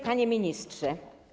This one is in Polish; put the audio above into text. Panie Ministrze!